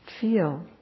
feel